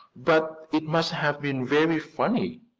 but it must have been very funny,